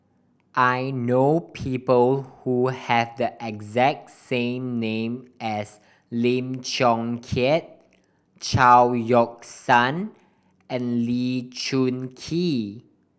I know people who has the exact name as Lim Chong Keat Chao Yoke San and Lee Choon Kee